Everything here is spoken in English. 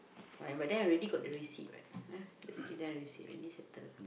right but then I already got the receipt what uh just give them the receipt already settle